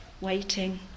waiting